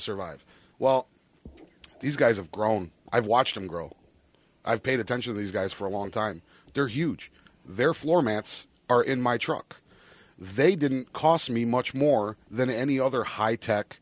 survive while these guys have grown i've watched them grow i've paid attention to these guys for a long time they're huge they're floor mats are in my truck they didn't cost me much more than any other high tech